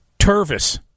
Tervis